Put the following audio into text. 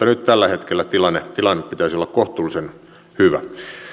nyt tällä hetkellä tilanteen tilanteen pitäisi olla kohtuullisen hyvä